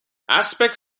aspects